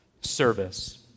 Service